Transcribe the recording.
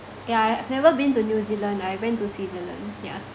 yeah I've never been to new zealand I went to switzerland yeah